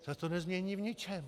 Ta to nezmění v ničem!